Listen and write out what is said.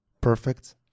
perfect